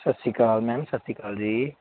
ਸਤਿ ਸ਼੍ਰੀ ਅਕਾਲ ਮੈਮ ਸਤਿ ਸ਼੍ਰੀ ਅਕਾਲ ਜੀ